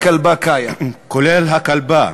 כולל הכלבה קאיה.